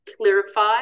Clarify